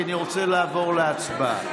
כי אני רוצה לעבור להצבעה.